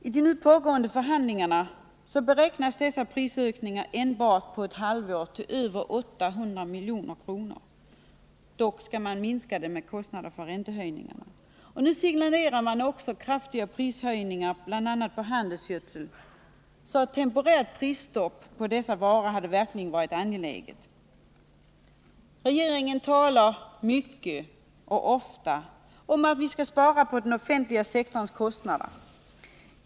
I nu pågående förhandlingar beräknas dessa prisökningar enbart på ett halvår till över 800 milj.kr.; dock skall man minska detta belopp med kostnaderna för räntehöjningar. Nu signaleras också kraftiga prisökningar på bl.a. handelsgödsel. Ett temporärt prisstopp på dessa varor hade därför verkligen varit angeläget. Regeringen talar mycket och ofta om att vi skall minska den offentliga sektorns kostnader.